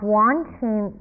wanting